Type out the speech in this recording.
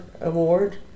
award